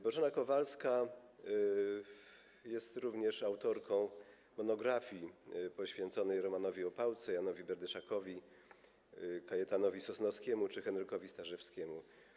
Bożena Kowalska jest również autorką monografii poświęconej Romanowi Opałce, Janowi Berdyszakowi, Kajetanowi Sosnowskiemu czy Henrykowi Stażewskiemu.